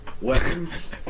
Weapons